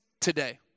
today